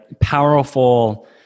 powerful